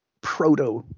Proto